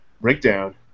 breakdown